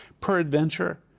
peradventure